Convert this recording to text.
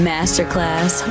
Masterclass